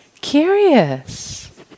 Curious